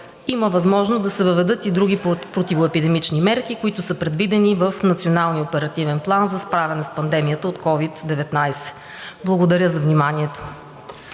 има възможност да се въведат и други противоепидемични мерки, които са предвидени в Националния оперативен план за справяне с пандемията от COVID-19. Благодаря за вниманието.